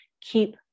keep